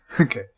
Okay